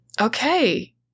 Okay